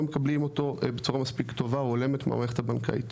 מקבלים אותו בצורה מספיק טובה או הולמת מהמערכת הבנקאית.